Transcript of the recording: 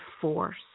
force